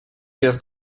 без